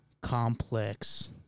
complex